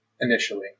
initially